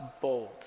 bold